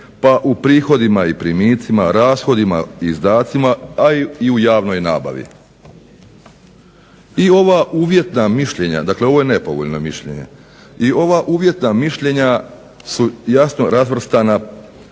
pa u prihodima i primicima, rashodima i izdatcima, a i u javnoj nabavi. I ova uvjetna mišljenja, dakle ovo je nepovoljno mišljenje, i ova uvjetna mišljenja su jasno razvrstana